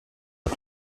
hat